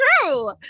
true